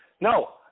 No